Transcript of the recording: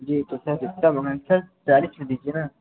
जी तो सर इतना सर बैयालीस सौ लीजिए ना